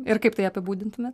ir kaip tai apibūdintumėt